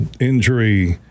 injury